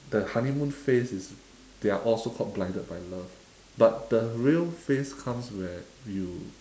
the honeymoon phase is they are all so called blinded by love but the real phase comes where you